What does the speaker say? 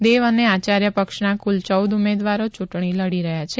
દેવ અને આચાર્ય પક્ષ ના કુલ ચૌદ ઉમેદવારો ચૂંટણી લડી રહ્યા છે